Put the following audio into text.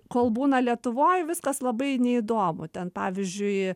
kol būna lietuvoj viskas labai neįdomu ten pavyzdžiui